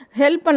help